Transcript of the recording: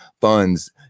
funds